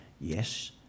Yes